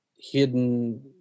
hidden